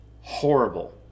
horrible